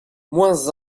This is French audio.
moins